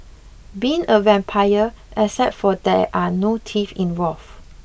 being a vampire except for that there are no teeth involved